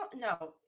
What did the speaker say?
No